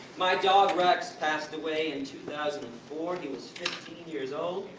my dog, rex, passed away in two thousand and four, he was fifteen years old.